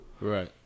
Right